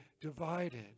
divided